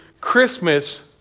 Christmas